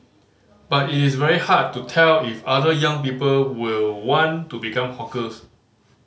but it's very hard to tell if other young people will want to become hawkers